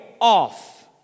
off